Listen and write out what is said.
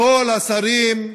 כל השרים,